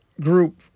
group